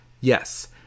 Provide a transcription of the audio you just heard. Yes